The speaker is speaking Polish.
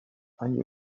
ani